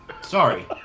sorry